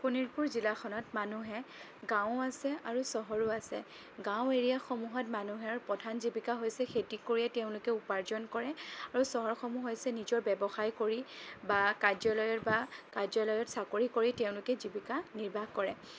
শোণিতপুৰ জিলাখনত মানুহে গাঁও আছে আৰু চহৰো আছে গাঁও এৰিয়া সমূহত মানুহৰ প্ৰধান জীৱিকা হৈছে খেতি কৰিয়েই তেওঁলোকে উপাৰ্জন কৰে আৰু চহৰসমূহ হৈছে নিজৰ ব্যৱসায় কৰি বা কাৰ্য্যালয়ত বা কাৰ্য্যালয়ত চাকৰি কৰি তেওঁলোকে জীৱিকা নিৰ্বাহ কৰে